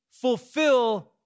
fulfill